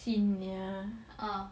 senior